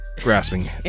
grasping